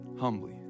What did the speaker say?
humbly